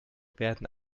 werden